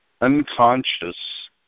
unconscious